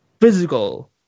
Physical